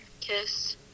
kiss